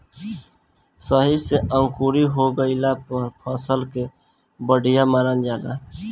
सही से अंकुरी हो गइला पर फसल के बढ़िया मानल जाला